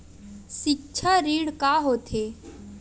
सिक्छा ऋण का होथे?